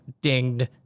dinged